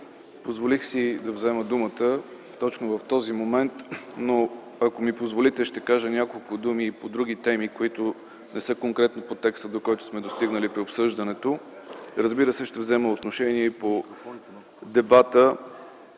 Позволих си да взема думата точно в този момент. Ако ми позволите ще кажа няколко думи по други теми, които не са конкретно по текста, до който сме достигнали при обсъждането. Разбира се, ще взема отношение и по дебата